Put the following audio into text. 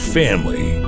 family